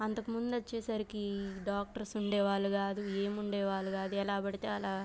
అంతకుముందు వచ్చేసరికి డాక్టర్స్ ఉండేవాళ్ళు కాదు ఏముండే వాళ్ళు కాదు ఎలా పడితే అలా